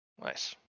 Nice